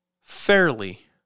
fairly